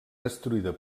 destruïda